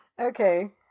Okay